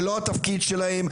זה לא התפקיד שלהם.